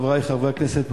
חברי חברי הכנסת,